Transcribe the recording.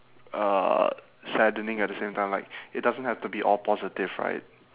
uh saddening at the same time like it doesn't have to be all positive right